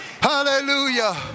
Hallelujah